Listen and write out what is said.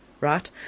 right